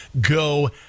go